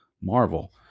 Marvel